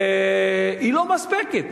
היא לא מספקת.